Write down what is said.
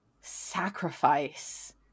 sacrifice